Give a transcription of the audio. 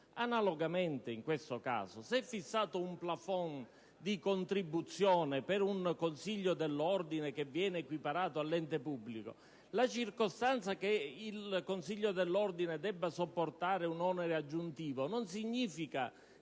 Analogamente, in questo caso si è fissato un *plafond* di contribuzione per un consiglio dell'ordine che viene equiparato all'ente pubblico. La circostanza che il Consiglio dell'ordine debba sopportare un onere aggiuntivo non significa